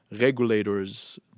regulators